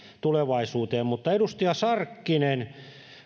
tulevaisuuteen mutta edustaja sarkkinen